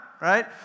right